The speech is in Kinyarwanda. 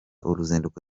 uruzinduko